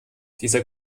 dieser